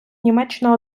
німеччина